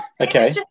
okay